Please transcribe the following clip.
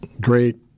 great